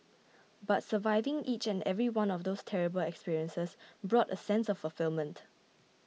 but surviving each and every one of those terrible experiences brought a sense of fulfilment